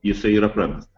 jisai yra pramestas